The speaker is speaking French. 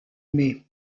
mai